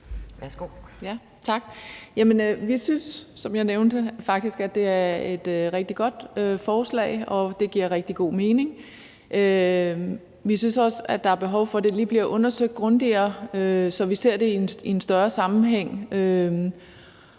faktisk, at det er et rigtig godt forslag, og at det giver rigtig god mening. Vi synes også, at der er behov for, at det lige bliver undersøgt grundigere, så vi ser det i en større sammenhæng.